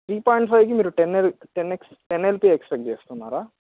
three point ఫైవ్కి మీరు ten L ten X ten LP expect చేస్తున్నారా